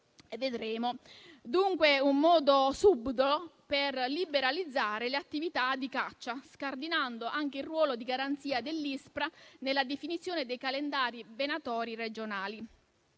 tratta dunque di un modo subdolo per liberalizzare le attività di caccia, scardinando anche il ruolo di garanzia dell'ISPRA nella definizione dei calendari venatori regionali.